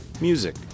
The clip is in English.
music